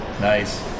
Nice